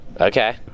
Okay